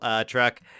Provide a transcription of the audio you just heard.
truck